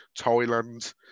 Thailand